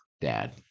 Dad